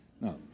No